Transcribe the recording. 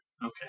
Okay